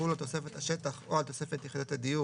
יחולו על תוספת השטח או על תוספת יחידות הדיור,